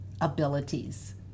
abilities